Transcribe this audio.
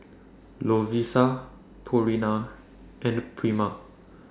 Lovisa Purina and Prima